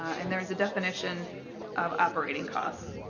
and there is a definition of operating costs.